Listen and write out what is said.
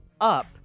up